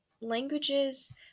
Languages